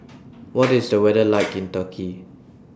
What IS The weather like in Turkey